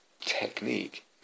technique